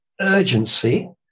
urgency